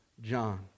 john